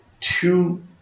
two